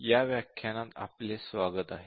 या व्याख्यानात आपले स्वागत आहे